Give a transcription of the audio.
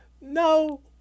No